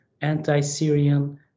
anti-syrian